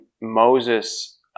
moses